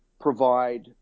provide